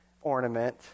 ornament